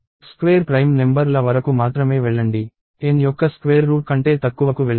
square prime number ల వరకు మాత్రమే వెళ్లండి N యొక్క స్క్వేర్ రూట్ కంటే తక్కువకు వెళ్ళండి